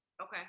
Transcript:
Okay